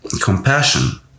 compassion